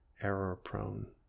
error-prone